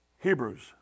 Hebrews